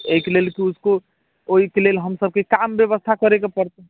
एहिके लेल उसको ओहिके लेल हमसभकेँ काम व्यवस्था करैके पड़तै